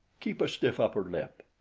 keep a stiff upper lip.